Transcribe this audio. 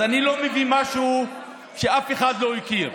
אז אני לא מביא משהו שאף אחד לא הכיר,